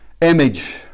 image